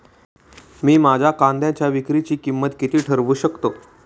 मी माझ्या कांद्यांच्या विक्रीची किंमत किती ठरवू शकतो?